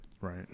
Right